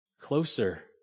closer